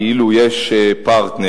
כאילו יש פרטנר,